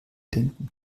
denken